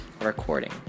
recording